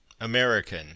American